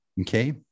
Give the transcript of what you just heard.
Okay